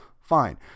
fine